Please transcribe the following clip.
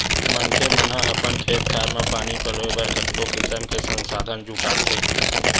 मनखे मन ह अपन खेत खार म पानी पलोय बर कतको किसम के संसाधन जुटाथे